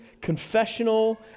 confessional